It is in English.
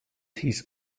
his